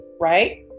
right